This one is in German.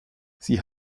sie